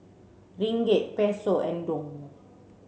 Ringgit Peso and Dong